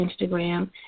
Instagram